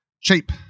Cheap